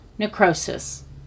necrosis